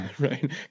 Right